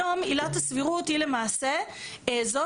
היום עילת הסבירות היא למעשה זו